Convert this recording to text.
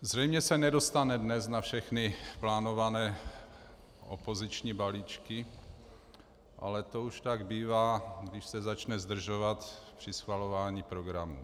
Zřejmě se nedostane dnes na všechny plánované opoziční balíčky, ale to už tak bývá, když se začne zdržovat při schvalování programu.